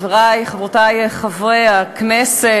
חברי וחברותי חברי הכנסת,